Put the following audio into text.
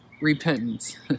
repentance